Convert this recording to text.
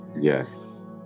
Yes